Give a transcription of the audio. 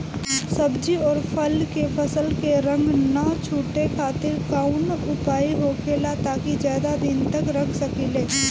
सब्जी और फल के फसल के रंग न छुटे खातिर काउन उपाय होखेला ताकि ज्यादा दिन तक रख सकिले?